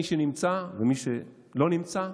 מי שנמצא ומי שלא נמצא,